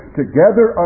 together